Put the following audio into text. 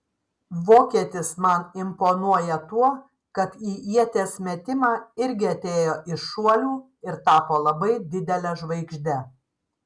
vokietis man imponuoja tuo kad į ieties metimą irgi atėjo iš šuolių ir tapo labai didele žvaigžde